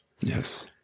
Yes